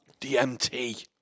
DMT